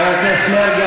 חבר הכנסת מרגי,